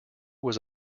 was